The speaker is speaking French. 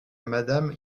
madame